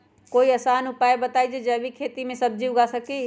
कोई आसान उपाय बताइ जे से जैविक खेती में सब्जी उगा सकीं?